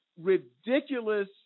ridiculous